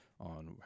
on